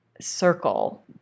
circle